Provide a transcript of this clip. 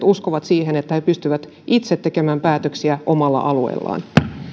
uskovat siihen että he pystyvät itse tekemään päätöksiä omalla alueellaan